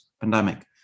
pandemic